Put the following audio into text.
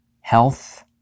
health